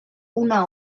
una